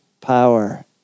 power